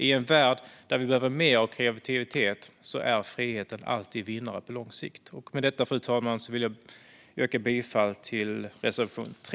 I en värld där vi behöver mer av kreativitet är friheten alltid vinnare på lång sikt. Med detta, fru talman, yrkar jag bifall till reservation 3.